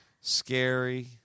scary